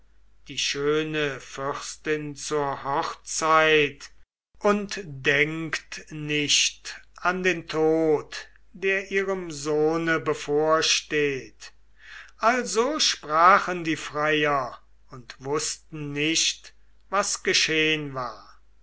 die schöne fürstin zur hochzeit und denkt nicht an den tod der ihrem sohne bevorsteht also sprachen die freier und wußten nicht was geschehn war